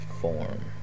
form